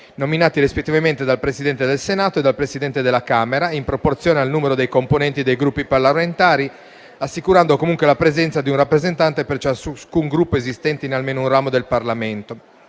nominati rispettivamente dal Presidente del Senato e dal Presidente della Camera, in proporzione al numero dei componenti dei Gruppi parlamentari, assicurando comunque la presenza di un rappresentante per ciascun Gruppo esistente in almeno un ramo del Parlamento.